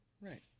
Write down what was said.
Right